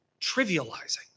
trivializing